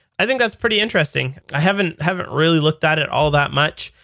i think that's pretty interesting. i haven't haven't really looked at it all that much.